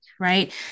right